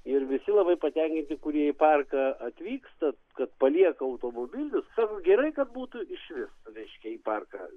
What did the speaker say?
ir visi labai patenkinti kurie į parką atvyksta kad palieka automobilius sako gerai kad būtų išvis reiškia į parką